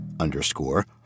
underscore